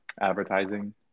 advertising